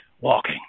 walking